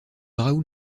raoul